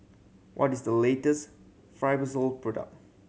what is the latest Fibrosol product